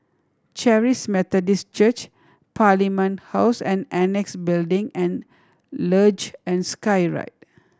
Charis Methodist Church Parliament House and Annexe Building and Luge and Skyride